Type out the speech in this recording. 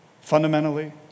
Fundamentally